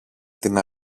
την